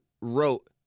wrote